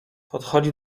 podchodzi